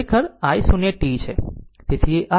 આ ખરેખર i 0 t છે